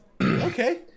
okay